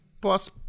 Plus